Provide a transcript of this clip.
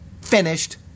finished